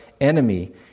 enemy